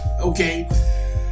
Okay